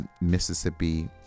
Mississippi